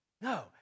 No